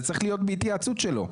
זה צריך להיות בהתייעצות שלו.